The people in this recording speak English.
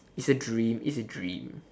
it's a dream it's a dream